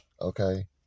Okay